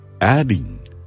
adding